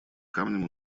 камнем